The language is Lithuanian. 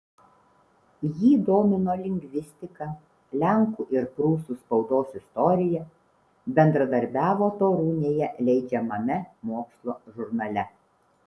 jį domino lingvistika lenkų ir prūsų spaudos istorija bendradarbiavo torūnėje leidžiamame mokslo žurnale